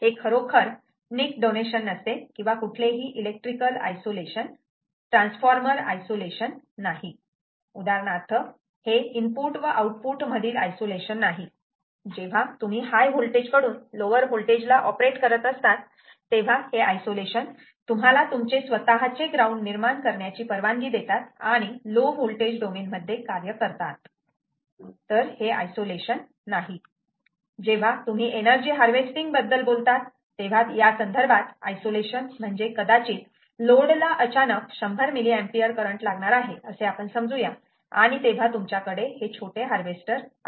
हे खरोखर निक डोनेशन नसते किंवा कुठलेही इलेक्ट्रिकल आयसोलेशन ट्रान्सफॉर्मर आयसोलेशन नाही उदाहरणार्थ हे इनपुट व आउटपुट मधील आयसोलेशन नाही जेव्हा तुम्ही हाय व्होल्टेज कडून लोवर व्होल्टेज ला ऑपरेट करत असतात तेव्हा हे आयसोलेशन तुम्हाला तुमचे स्वतःचे ग्राउंड निर्माण करण्याचे परवानगी देतात आणि लो व्होल्टेज डोमेन मध्ये कार्य करतात तर हे आयसोलेशन नाही जेव्हा तुम्ही एनर्जी हार्वेस्टिंग बद्दल बोलतात तेव्हा यासंदर्भात आयसोलेशन म्हणजे कदाचित लोड ला अचानक 100 mA करंट लागणार आहे असे आपण समजू या आणि तेव्हा तुमच्याकडे छोटे हार्वेस्टर आहे